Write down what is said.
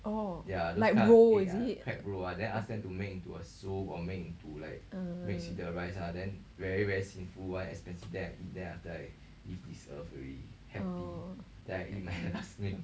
oh like roe is it ah oh